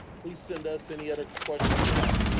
please send us any other questions you have.